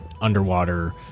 underwater